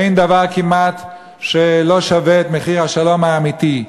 אין דבר כמעט שלא שווה את מחיר השלום האמיתי.